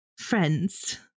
friends